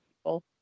people